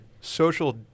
social